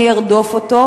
אני ארדוף אותו,